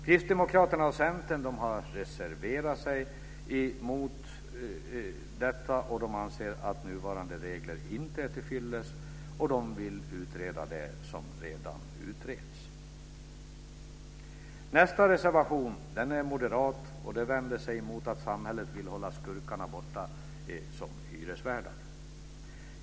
Kristdemokraterna och Centern har reserverat sig, eftersom de anser att nuvarande regler inte är tillfyllest. De vill utreda det som redan utreds. Nästa reservation är moderat och vänder sig emot att samhället vill hålla skurkarna borta som hyresvärdar.